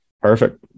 Perfect